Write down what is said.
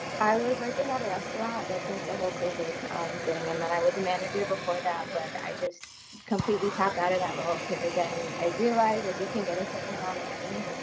i was working at a restaurant, but since the whole covid thing, and then i was a manager before that, but i just completely tapped out of that role, cause again, i realized like you can get a certain amount of money,